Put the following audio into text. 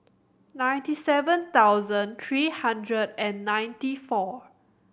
ninety seven thousand three hundred and ninety four